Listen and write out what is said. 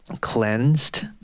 cleansed